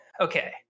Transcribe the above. okay